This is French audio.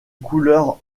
couleur